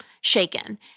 shaken